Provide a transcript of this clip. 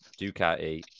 Ducati